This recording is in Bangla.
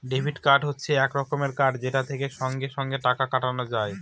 ডেবিট কার্ড হচ্ছে এক রকমের কার্ড যেটা থেকে সঙ্গে সঙ্গে টাকা কাটানো যায়